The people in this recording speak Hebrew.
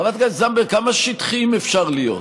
חברת הכנסת זנדברג, כמה שטחיים אפשר להיות?